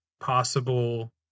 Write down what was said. possible